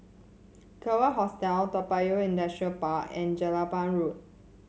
Kawan Hostel Toa Payoh Industrial Park and Jelapang Road